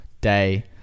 day